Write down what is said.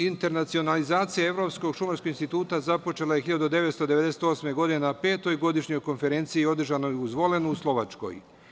Internacionalizacija Evropskog šumarskog instituta započela je 1998. godine na Petoj godišnjoj konferenciji, održanoj u Zvolenu u Slovačkoj.